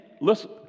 listen